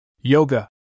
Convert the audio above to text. Yoga